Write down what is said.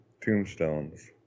tombstones